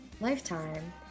Lifetime